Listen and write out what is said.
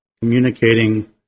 communicating